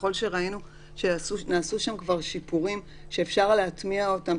ככל שראינו שנעשו שם שיפורים שאפשר להטמיע אותם,